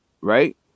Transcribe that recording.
Right